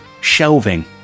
shelving